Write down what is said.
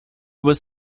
was